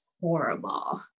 horrible